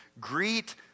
Greet